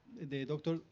the doctor,